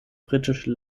britische